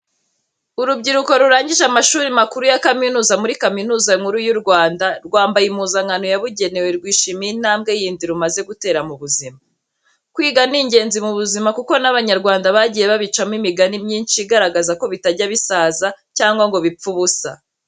Urubyiruko rurangije amashuri makuru ya kaminuza muri Kaminuza nkuru y'u Rwanda, rwambaye impuzankano yabugenewe, rwishimiye intambwe yindi rumaze gutera mu buzima. Kwiga ni ingenzi mu buzima kuko n'Abanyarwanda bagiye babicamo imigani myinshi igaragaza ko bitajya bisaza cyangwa ngo bipfe ubusa